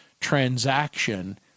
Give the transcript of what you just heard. transaction